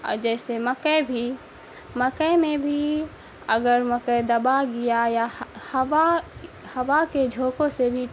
اور جیسے مکئی بھی مکئی میں بھی اگر مکئی دبا گیا یا ہوا ہوا کے جھوکوں سے بھی